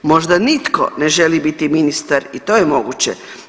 Možda nitko ne želi biti ministar i to je moguće.